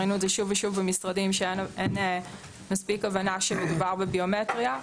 ראינו שוב ושוב במשרדים שאין מספיק הבנה שמדובר בביומטריה.